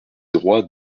droits